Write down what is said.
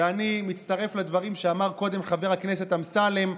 ואני מצטרף לדברים שאמר קודם חבר הכנסת אמסלם,